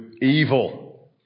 evil